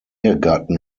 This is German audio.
ehegatten